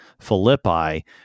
Philippi